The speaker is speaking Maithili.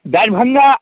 दरभङ्गा